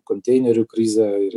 konteinerių krizę ir